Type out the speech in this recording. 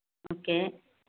okay